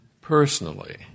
personally